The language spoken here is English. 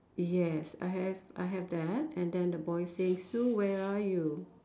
yes I have I have that and then the boy says Sue where are you